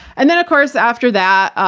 and then, of course, after that,